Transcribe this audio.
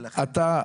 ולכן --- אתה,